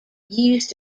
used